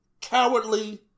cowardly